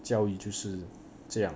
教育就是这样